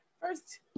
First